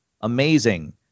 amazing